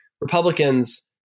Republicans